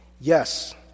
Yes